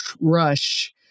rush